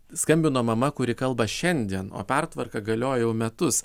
skambino mama kuri kalba šiandien o pertvarka galioja jau metus